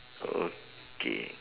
okay